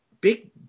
Big